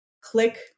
click